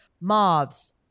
moths